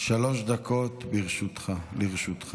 שלוש דקות לרשותך.